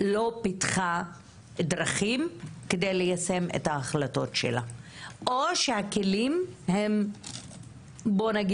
לא פיתחה דרכים כדי ליישם את ההחלטות שלה או שהכלים הם מוגבלים,